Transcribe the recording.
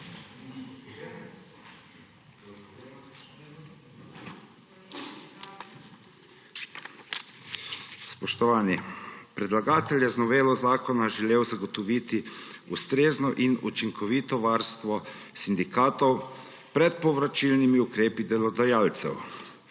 Spoštovani! Predlagatelj je z novelo zakona želel zagotoviti ustrezno in učinkovito varstvo sindikatov pred povračilnimi ukrepi delodajalcev.